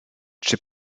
czy